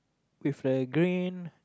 with the green